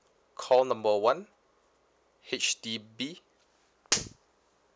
call number one H_D_B